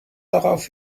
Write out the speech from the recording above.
darauf